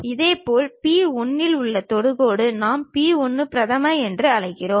இதேபோல் p 1 இல் உள்ள தொடுகோடு நாம் p 1 பிரதம என்று அழைக்கிறோம்